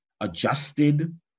adjusted